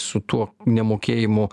su tuo nemokėjimu